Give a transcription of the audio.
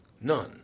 None